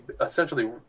essentially